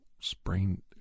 sprained